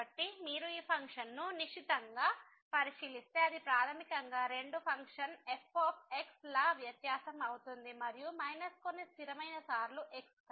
కాబట్టి మీరు ఈ ఫంక్షన్ను నిశితంగా పరిశీలిస్తే అది ప్రాథమికంగా రెండు ఫంక్షన్ f ల వ్యత్యాసం అవుతుంది మరియు మైనస్ కొన్ని స్థిరమైన సార్లు x